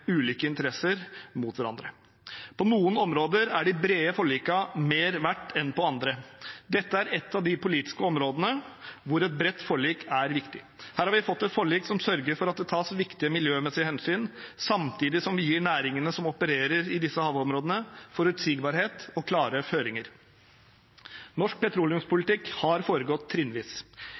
ulike interesser mot hverandre. På noen områder er de brede forlikene mer verdt enn på andre. Dette er et av de politiske områdene hvor et bredt forlik er viktig. Her har vi fått et forlik som sørger for at det tas viktige miljømessige hensyn, samtidig som vi gir næringene som opererer i disse havområdene, forutsigbarhet og klare føringer. Norsk petroleumspolitikk har foregått trinnvis.